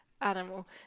animal